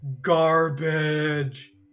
garbage